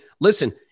listen